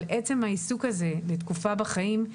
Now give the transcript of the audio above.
אבל עצם העיסוק הזה לתקופה בחיים,